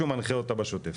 שהוא מנחה אותה בשותף.